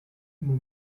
immer